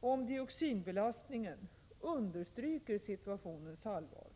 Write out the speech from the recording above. och dioxinbelastningen understryker situationens allvar.